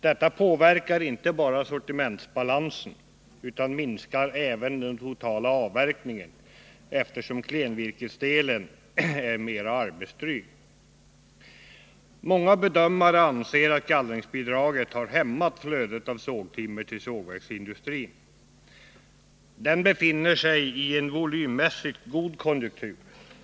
Detta påverkar inte bara sortimentsbalansen utan minskar även den totala avverkningen, eftersom klenvirkesdelen är mera arbetsdryg. Många bedömare anser att gallringsbidraget har hämmat flödet av sågtimmer till sågverksindustrin. Den befinner sig i en volymmässigt god konjunktur.